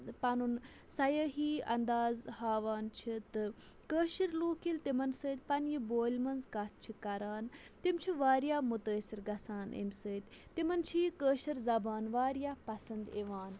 پَنُن سیٲحی اَنداز ہاوان چھِ تہٕ کٲشِر لوٗکھ ییٚلہِ تِمَن سۭتۍ پنٛنہِ بولہِ منٛز کَتھ چھِ کَران تِم چھِ واریاہ مُتٲثِر گژھان امہِ سۭتۍ تِمَن چھِ یہِ کٲشِر زبان واریاہ پَسنٛد یِوان